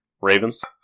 Ravens